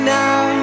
now